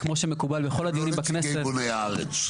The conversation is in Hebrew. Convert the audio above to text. אתם לא נציגי ארגוני הארץ.